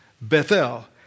Bethel